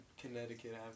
Connecticut